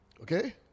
Okay